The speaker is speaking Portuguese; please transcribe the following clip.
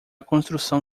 construção